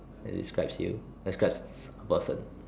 that describes you that describes a a person